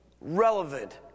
relevant